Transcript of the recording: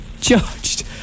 judged